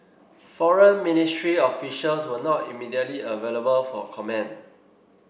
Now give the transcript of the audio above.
Foreign Ministry officials were not immediately available for comment